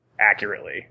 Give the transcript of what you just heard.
accurately